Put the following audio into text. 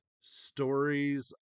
stories